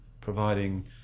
providing